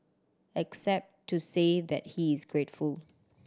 except to say that he is grateful